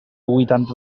huitanta